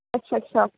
ਅੱਛਾ ਅੱਛਾ